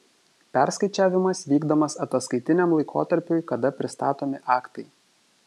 perskaičiavimas vykdomas ataskaitiniam laikotarpiui kada pristatomi aktai